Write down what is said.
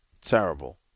Terrible